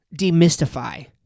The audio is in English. demystify